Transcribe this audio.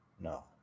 No